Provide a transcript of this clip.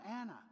Anna